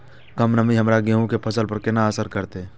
कम नमी हमर गेहूँ के फसल पर केना असर करतय?